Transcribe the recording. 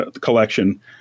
collection